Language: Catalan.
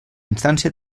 instància